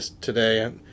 today